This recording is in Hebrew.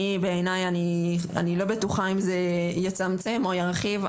אני לא בטוחה אם זה יצמצם או ירחיב.